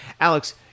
Alex